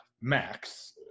Max